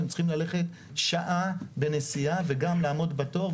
הם צריכים ללכת שעה בנסיעה וגם לעמוד בתור,